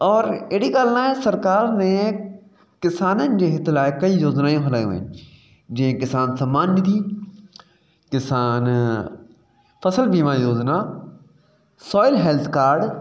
और अहिड़ी ॻाल्हि न सरकार ने किसाननि जे हित लाइ कई योजनाइयूं हलायूं आहिनि जीअं किसान सम्मान निधि किसान फसल बीमा योजना फॉइल हैल्थ कार्ड